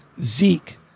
Zeke